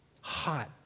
hot